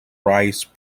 prize